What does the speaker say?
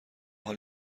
حال